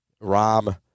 Rom